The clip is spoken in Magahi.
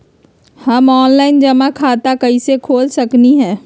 हम ऑनलाइन जमा खाता कईसे खोल सकली ह?